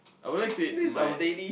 I would like to eat my